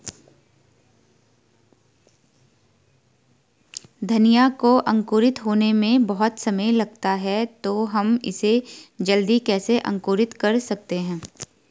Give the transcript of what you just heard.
धनिया को अंकुरित होने में बहुत समय लगता है तो हम इसे जल्दी कैसे अंकुरित कर सकते हैं?